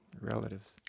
relatives